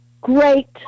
great